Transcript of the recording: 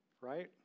Right